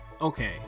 Okay